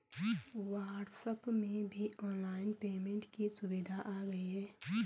WhatsApp में भी online payment की सुविधा आ गई है